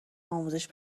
آموزش